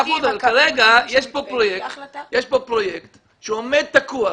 כרגע יש פרויקט שעומד תקוע.